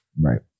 Right